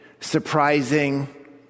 surprising